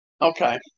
okay